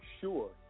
sure